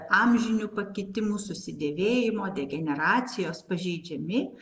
amžinių pakitimų susidėvėjimo degeneracijos pažeidžiami